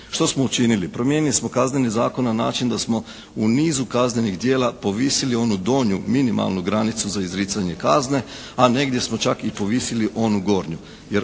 Što smo učinili? Promijenili smo Kazneni zakon na način da smo u nizu kaznenih djela povisili onu donju, minimalnu granicu za izricanje kazne a negdje smo čak i povisili onu gornju.